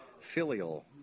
filial